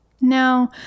Now